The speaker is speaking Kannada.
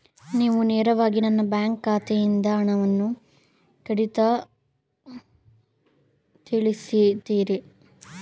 ನೀವು ನೇರವಾಗಿ ನನ್ನ ಬ್ಯಾಂಕ್ ಖಾತೆಯಿಂದ ಹಣವನ್ನು ಕಡಿತಗೊಳಿಸುತ್ತೀರಾ?